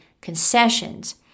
concessions